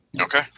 Okay